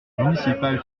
municipale